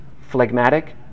phlegmatic